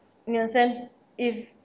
in a sense if